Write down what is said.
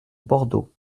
bordeaux